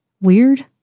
weird